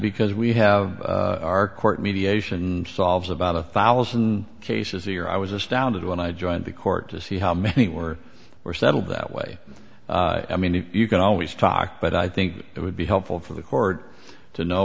because we have our court mediation solves about a thousand cases a year i was astounded when i joined the court to see how many were more settled that way i mean if you can always talk but i think it would be helpful for the court to know